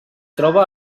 troba